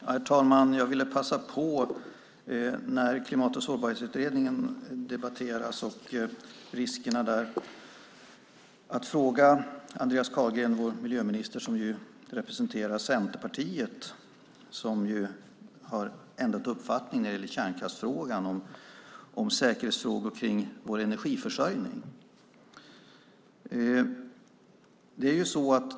Herr talman! När nu Klimat och sårbarhetsutredningen och de riskerna debatteras vill jag passa på att fråga Andreas Carlgren, vår miljöminister som representerar Centerpartiet som ju har ändrat uppfattning när det gäller kärnkraften, om säkerhetsfrågor rörande vår energiförsörjning.